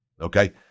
Okay